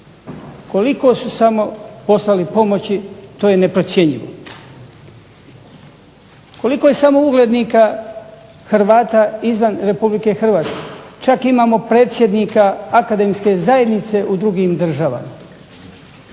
Koliko su samo poslali pomoći to je neprocjenjivo, koliko je samo uglednika Hrvata izvan RH, čak imamo predsjednika akademske zajednice u drugim državama.